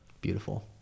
Beautiful